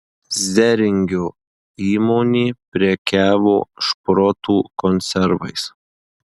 zeringio įmonė prekiavo šprotų konservais